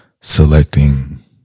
selecting